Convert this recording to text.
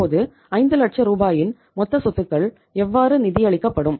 இப்போது 5 லட்சம் ரூபாயின் மொத்த சொத்துக்கள் எவ்வாறு நிதியளிக்கப்படும்